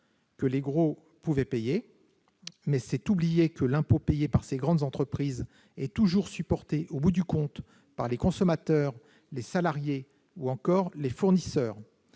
que les gros pouvaient payer. Mais c'est oublier que l'impôt payé par ces grandes entreprises est toujours supporté au bout du compte par les consommateurs, les salariés ou encore les fournisseurs.